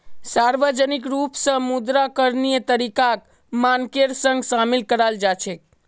सार्वजनिक रूप स मुद्रा करणीय तरीकाक मानकेर संग शामिल कराल जा छेक